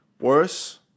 worse